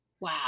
wow